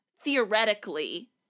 theoretically